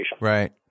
Right